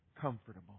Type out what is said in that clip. comfortable